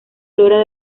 flora